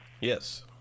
Yes